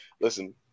Listen